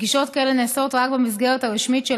פגישות כאלה נעשות רק במסגרת הרשמית של